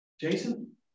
Jason